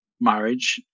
marriage